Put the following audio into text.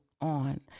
on